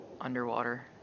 underwater